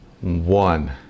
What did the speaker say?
one